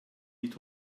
nicht